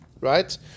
right